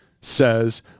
says